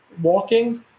walking